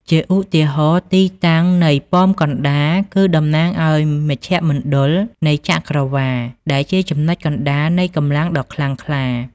ជាឧទាហរណ៍ ទីតាំងនៃប៉មកណ្តាលគឺតំណាងឲ្យមជ្ឈមណ្ឌលនៃចក្រវាឡ ដែលជាចំណុចកណ្តាលនៃកម្លាំងដ៏ខ្លាំងក្លា។